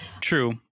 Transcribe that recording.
True